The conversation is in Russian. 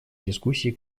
дискуссии